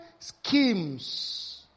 schemes